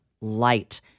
light